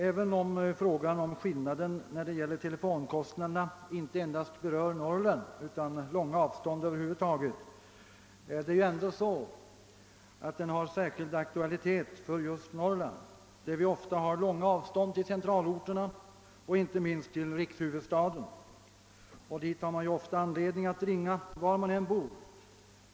Även om frågan om skillnaden i telefonkostnader inte endast berör Norrland utan samtal på långa avstånd över huvud taget, har frågan ändå särskild aktualitet just för Norrland med de långa avstånd vi där har till centralorterna och inte minst till rikets huvudstad. Dit har man ju ofta anledning att ringa, var man än bor.